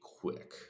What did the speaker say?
quick